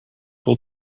will